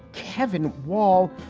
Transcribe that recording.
kevin wall.